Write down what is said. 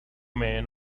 men